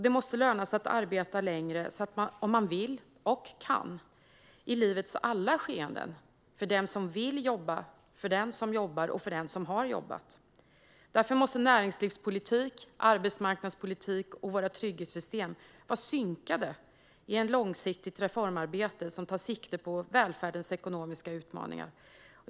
Det måste löna sig att arbeta längre om man vill och kan i alla livets skeenden för den som vill jobba, för den som jobbar och för den som har jobbat. Därför måste näringslivspolitik, arbetsmarknadspolitik och våra trygghetssystem vara synkade i ett långsiktigt reformarbete som tar sikte på välfärdens ekonomiska utmaningar.